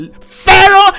Pharaoh